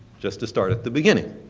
just to start at the beginning.